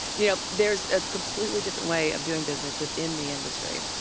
you know, there's a completely different way of doing business within the industry,